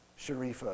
Sharifa